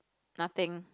nothing